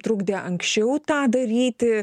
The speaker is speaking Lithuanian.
trukdė anksčiau tą daryti